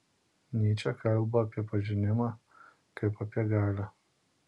nyčė kalba apie pažinimą kaip apie galią